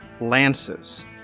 lances